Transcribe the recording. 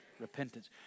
Repentance